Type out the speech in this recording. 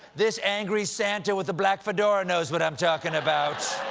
this angry santa with the black fedora knows what i'm talking about.